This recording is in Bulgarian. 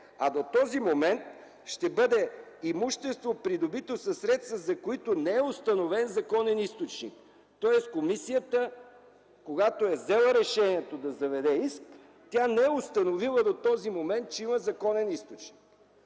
А до този момент ще бъде имущество, придобито със средства, за които не е установен законен източник. Тоест, комисията, когато е взела решението да заведе иск, тя не е установила до този момент, че има законен източник.